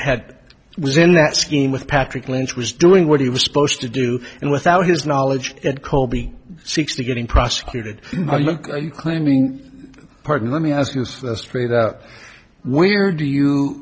had was in that scheme with patrick lynch was doing what he was supposed to do and without his knowledge at colby sixty getting prosecuted climbing partner let me ask you first straight out where do you